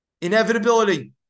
Inevitability